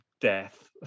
death